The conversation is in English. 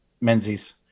Menzies